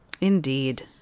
indeed